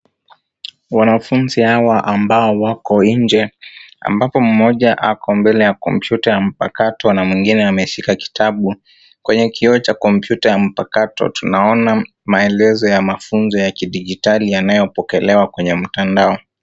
Wanafunzi hawa ambao wako nje ambapo mmoja ako mbele ya kompyuta na ameshika kitabu. Kwenye kioo cha kompyuta ya mpakato tunaona maelezo ya mafunzo ya kidijitali yanayopokewa kwenye mtandao.